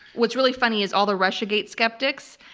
what's really funny is all the russiagate skeptics,